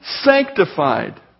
sanctified